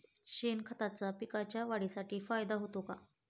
शेणखताचा पिकांच्या वाढीसाठी फायदा होतो का?